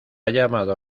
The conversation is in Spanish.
llamado